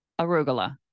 Arugula